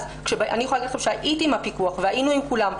אני יכולה להגיד לכם שהייתי עם הפיקוח והיינו עם כולם,